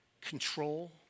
control